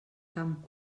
camp